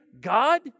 God